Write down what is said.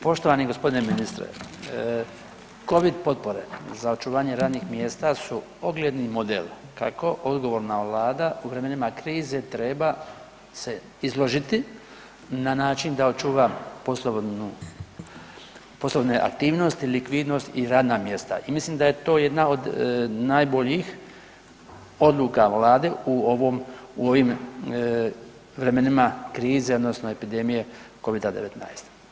Poštovani g. ministre, COVID potpore za očuvanje radnih mjesta su ogledni modeli kako odgovorna Vlada u vremenima krize treba se izložiti na način da očuva poslovne aktivnost, likvidnost i radna mjesta i mislim da je to jedna od najboljih odluka Vlade u ovim vremenima krize odnosno epidemije COVID-a 19.